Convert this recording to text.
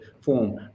form